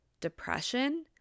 depression